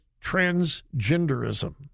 transgenderism